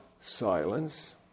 silence